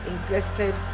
interested